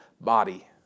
body